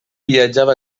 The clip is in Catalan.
viatjava